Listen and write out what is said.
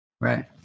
right